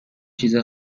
چیز